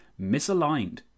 misaligned